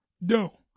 No